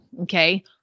Okay